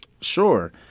Sure